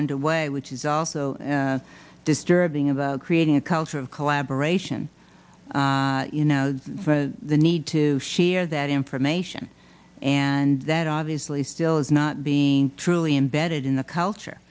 underway which is also disturbing about creating a culture of collaboration you know the need to share that information and that obviously still is not being truly embedded in the culture